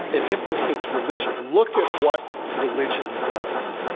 it implicates religion. look at what religion does.